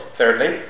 thirdly